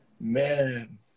man